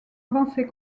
avancé